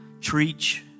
treach